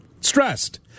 Stressed